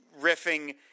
riffing